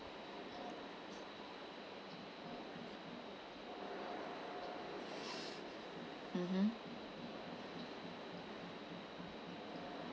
mmhmm